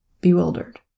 bewildered